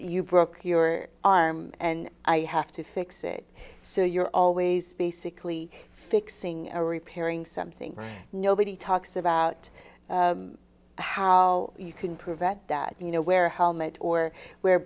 you broke your arm and i have to fix it so you're always basically fixing a repairing something nobody talks about how you can prevent that you know where helmet or w